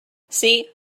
see